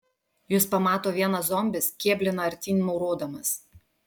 jus pamato vienas zombis kėblina artyn maurodamas